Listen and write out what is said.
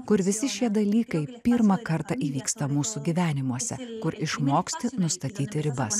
kur visi šie dalykai pirmą kartą įvyksta mūsų gyvenimuose kur išmoksti nustatyti ribas